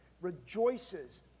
rejoices